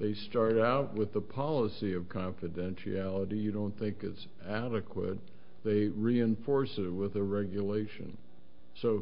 they started out with the policy of confidentiality you don't think is adequate they reinforce it with the regulation so